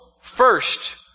first